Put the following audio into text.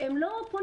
הם לא פונים.